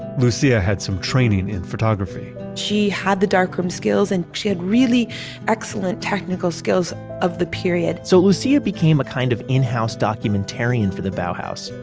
lucia had some training in photography she had the darkroom skills and she had really excellent technical skills of the period so lucia became a kind of in-house documentarian for the bauhaus.